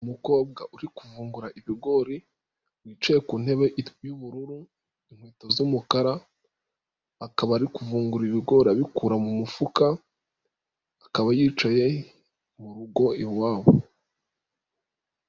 Umukobwa uri kuvungura ibigori, wicaye ku ntebe y'ubururu, inkweto z'umukara, akaba ari kuvungura ibigori abikura mu mufuka, akaba yicaye mu rugo iwabo.